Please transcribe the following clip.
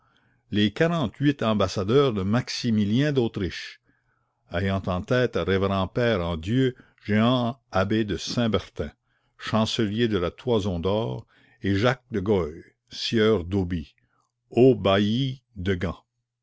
les quarante-huit ambassadeurs de maximilien d'autriche ayant en tête révérend père en dieu jehan abbé de saint bertin chancelier de la toison d'or et jacques de goy sieur dauby haut bailli de gand